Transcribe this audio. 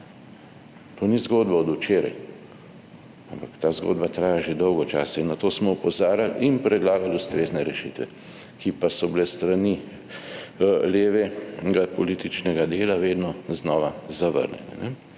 To ni zgodba od včeraj, ampak ta zgodba traja že dolgo časa in na to smo opozarjali in predlagali ustrezne rešitve, ki pa so bile s strani levega političnega dela vedno znova zavrnjene